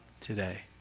today